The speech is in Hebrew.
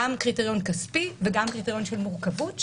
גם קריטריון כספי וגם קריטריון של מורכבות,